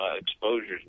exposures